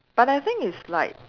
but I think it's like